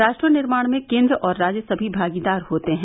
राष्ट्र निर्माण में केन्द्र और राज्य सभी भागीदार होते हैं